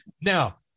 Now